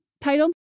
title